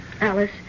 Alice